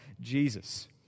Jesus